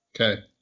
Okay